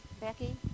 Becky